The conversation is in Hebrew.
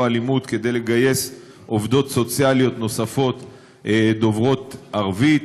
אלימות" כדי לגייס עובדות סוציאליות נוספות דוברות ערבית.